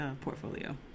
portfolio